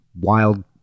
wild